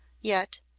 yet,